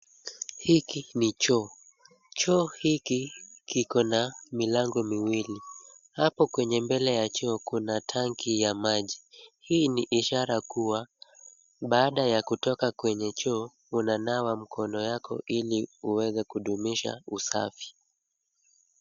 Hiki ni choo. Choo hiki kina milango miwili. Hapo kwenye mbele ya choo kuna tanki ya maji. Hii ni ishara kuwa, baada ya kutoka kwenye choo, unanawa mkono yako ili uweze kudumisha usafi.